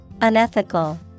Unethical